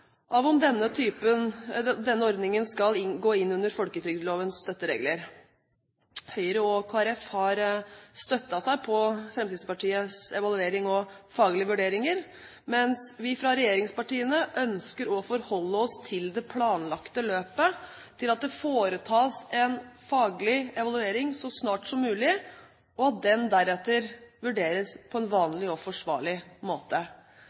denne ordningen skal gå inn under folketrygdlovens støtteregler. Høyre og Kristelig Folkeparti har støttet seg på Fremskrittspartiets evaluering og faglige vurderinger, mens vi fra regjeringspartiene ønsker å forholde oss til det planlagte løpet, at det foretas en faglig evaluering så snart som mulig, og at den deretter vurderes på en vanlig og forsvarlig måte.